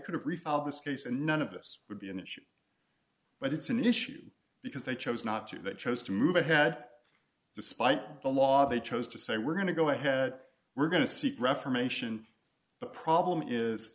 could have resolved this case and none of this would be an issue but it's an issue because they chose not to that chose to move ahead at the spite the law they chose to say we're going to go ahead we're going to seek reformation but problem is